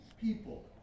people